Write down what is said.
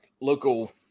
local